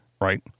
right